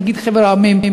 נגיד מחבר המדינות,